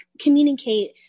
communicate